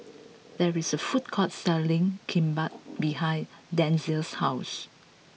there is a food court selling Kimbap behind Denzell's house